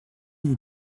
vous